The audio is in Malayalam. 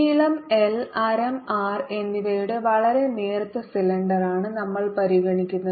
നീളo എൽ ആരം ആർ എന്നിവയുടെ വളരെ നേർത്ത സിലിണ്ടറാണ് നമ്മൾ പരിഗണിക്കുന്നത്